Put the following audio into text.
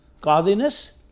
godliness